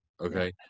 okay